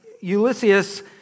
Ulysses